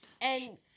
And-